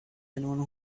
anyone